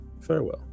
Farewell